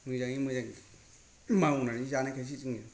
मोजाङै मोजां मावनानै जानायखायसो जोङो